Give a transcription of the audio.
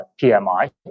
PMI